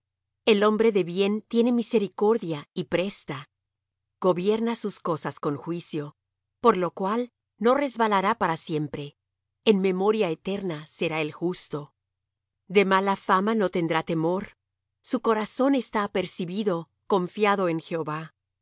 el hombre de bien tiene misericordia y presta gobierna sus cosas con juicio por lo cual no resbalará para siempre en memoria eterna será el justo de mala fama no tendrá temor su corazón está apercibido confiado en jehová